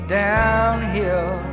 downhill